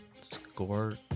score